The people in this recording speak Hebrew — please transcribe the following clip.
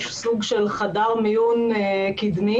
סוג של חדר מיון קדמי,